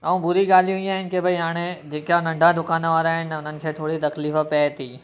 ऐं बुरी ॻाल्हियूं ईअं आहिनि की भई हाणे जेका नंढा दुकान वारा आहिनि उन्हनि खे थोरी तकलीफ़ु पए थी